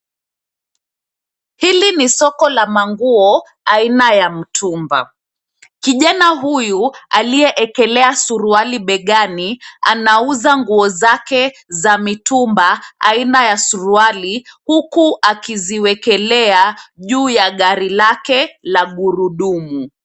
Hili ni soko ya manguo aina ya mtumba. Kijana huyu, aliyeekelea suruali begani, anauza nguo zake za mitumba, aina ya suruali, huku akiziwekelea juu ya gari lake la gurudumu.